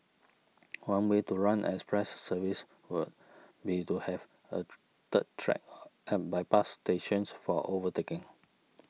one way to run an express service would be to have a third track at bypass stations for overtaking